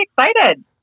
excited